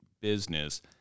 business